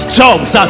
jobs